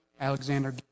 Alexander